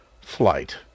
flight